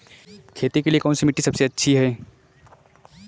खेती के लिए कौन सी मिट्टी सबसे अच्छी है?